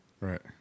right